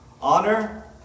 Honor